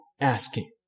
asking